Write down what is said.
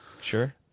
Sure